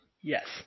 Yes